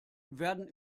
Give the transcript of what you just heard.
werden